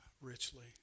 richly